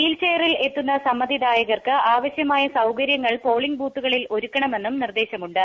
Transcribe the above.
wheel ചെയറിൽ എത്തുന്ന സമ്മതിദായകർക്ക് ആവശ്യമായ സൌകര്യങ്ങൾ പോളിംഗ് ബൂത്തുകളിൽ ഒരുക്കണമെന്നും നിർദ്ദേശമുണ്ട്